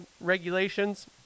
regulations